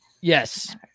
yes